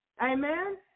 Amen